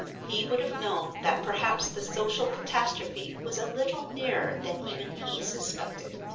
he would have known that perhaps the social catastrophe was a little nearer than even he suspected.